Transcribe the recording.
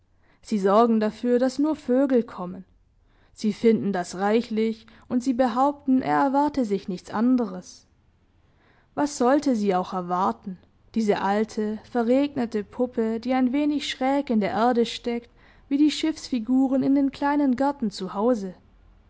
sie sorgen dafür daß nur vögel kommen sie finden das reichlich und sie behaupten er erwarte sich nichts anderes was sollte sie auch erwarten diese alte verregnete puppe die ein wenig schräg in der erde steckt wie die schiffsfiguren in den kleinen gärten